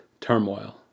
turmoil